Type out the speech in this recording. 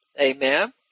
Amen